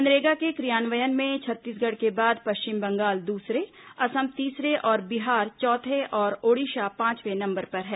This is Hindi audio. मनरेगा के क्रियान्वयन में छत्तीसगढ़ के बाद पश्चिम बंगाल दूसरे असम तीसरे बिहार चौथे और ओडिशा पांचवें नंबर पर है